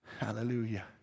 hallelujah